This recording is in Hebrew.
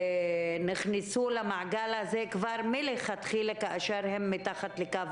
נכנסו למעגל הזה ולמצבים האלו כשהן מלכתחילה מתחת לקו